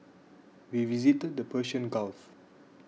we visited the Persian Gulf